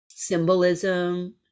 Symbolism